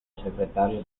secretario